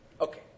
Okay